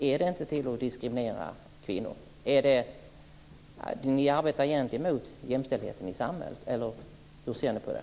Är det inte att diskriminera kvinnor? Är det inte att arbeta emot jämställdheten i samhället, eller hur ser ni på det?